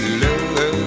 love